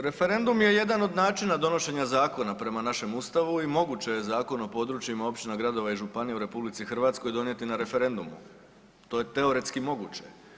Referendum je jedan od načina donošenja zakona prema našem Ustavu i moguće je Zakon o područjima općina, gradova i županija u RH donijeti na referendumu, to je teoretski moguće.